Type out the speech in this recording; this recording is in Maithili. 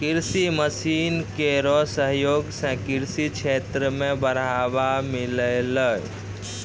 कृषि मसीन केरो सहयोग सें कृषि क्षेत्र मे बढ़ावा मिललै